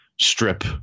strip